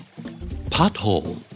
Pothole